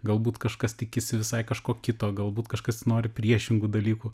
galbūt kažkas tikisi visai kažko kito galbūt kažkas nori priešingų dalykų